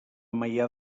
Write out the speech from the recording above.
maià